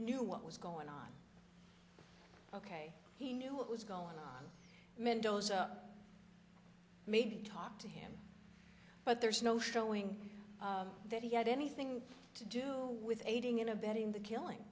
knew what was going on ok he knew what was going on mendoza made talk to him but there's no showing that he had anything to do with aiding and abetting the killing